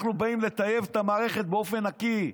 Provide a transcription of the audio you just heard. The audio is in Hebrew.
אנחנו באים לטייב את המערכת באופן נקי,